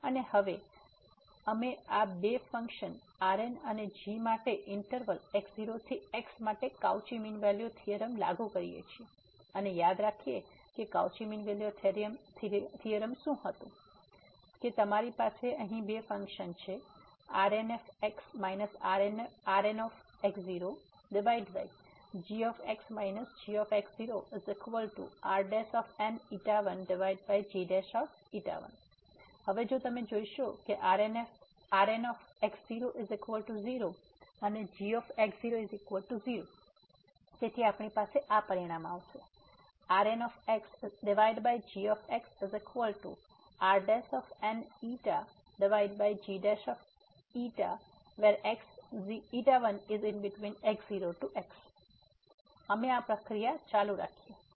અને હવે અમે આ બે ફંક્શન Rn અને g માટે ઇન્ટરવલ x0 થી x માટે કાઉચી મીન વેલ્યુ થીયોરમ લાગુ કરીએ છીએ અને હવે યાદ રાખીએ કે કાઉચી મીન વેલ્યુ થીયોરમ શું હતું કે તમારી પાસે અહી આ ફંક્શન છે Rnx Rnx0gx gRn1g1 હવે જો તમે જોશો કે Rnx00 અને gx00 તેથી આપણી પાસે આ પરિણામ છે ⟹RnxgxRn1g1x01x અમે આ પ્રક્રિયા ચાલુ રાખી શકીએ છીએ